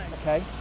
Okay